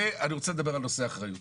אני רוצה לדבר על נושא האחריות